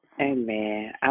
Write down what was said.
Amen